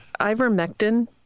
Ivermectin